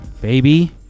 baby